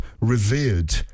revered